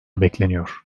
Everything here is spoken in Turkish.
bekleniyor